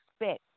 expect